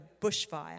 bushfire